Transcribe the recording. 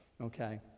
okay